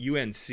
unc